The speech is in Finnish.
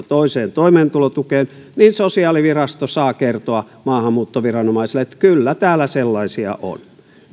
toiseen toimeentulotukeen niin sosiaalivirasto saa kertoa maahanmuuttoviranomaiselle että kyllä täällä sellaisia on